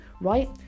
right